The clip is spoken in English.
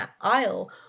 aisle